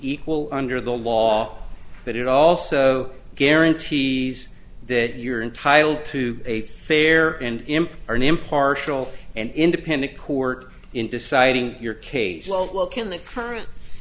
equal under the law but it also guarantees that you're entitle to a fair and imp or an impartial and independent court in deciding your case well can the curren